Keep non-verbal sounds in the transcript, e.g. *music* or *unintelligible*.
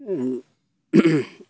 *unintelligible*